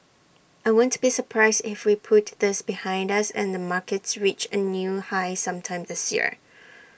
I won't be surprised if we put this behind us and the markets reach A new high sometime this year